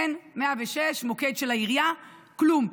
אין 106, מוקד של העירייה, כלום.